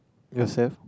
yourself